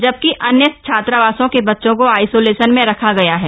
जबकि अन्य छात्रावासों के बच्चों को आईसोलेशन में रखा गया है